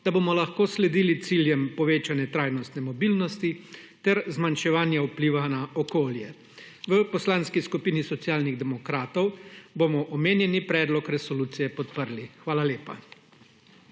da bomo lahko sledili ciljem povečane trajnostne mobilnosti, ter zmanjševanje vpliva na okolje. V Poslanski skupini Socialnih demokratov bomo omenjeni predlog resolucije podprli. Hvala lepa.